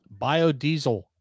biodiesel